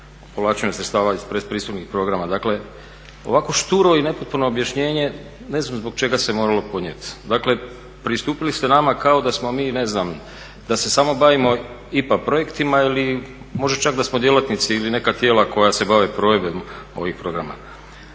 povlačenju sredstava iz pretpristupnih programa. Dakle, ovako šturo i nepotpuno objašnjenje ne znam zbog čega se moralo podnijet. Dakle pristupili ste nama kao da smo mi ne znam da se samo bavimo IPA projektima ili možda čak da smo djelatnici ili neka tijela koja se bave provedbom ovih programa.